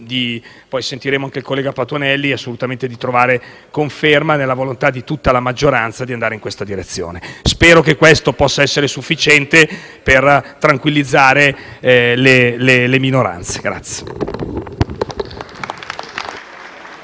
Poi sentiremo anche il collega Patuanelli e cercheremo di trovare conferma nella volontà di tutta la maggioranza di andare in questa direzione. Spero che questo possa essere sufficiente per tranquillizzare le minoranze.